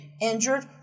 injured